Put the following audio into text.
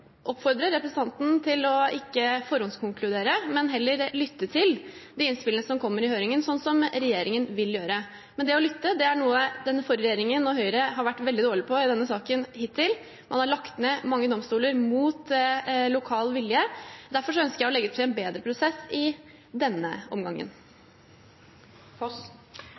representanten til ikke å forhåndskonkludere, men heller lytte til de innspillene som kommer i høringen, sånn som regjeringen vil gjøre. Det å lytte er noe den forrige regjeringen og Høyre har vært veldig dårlige på i denne saken hittil. Man har lagt ned mange domstoler mot lokal vilje. Derfor ønsker jeg å legge opp til en bedre prosess i denne omgangen.